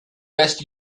best